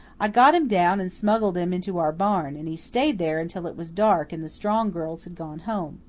i got him down and smuggled him into our barn, and he stayed there until it was dark and the strong girls had gone home.